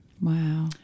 Wow